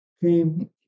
came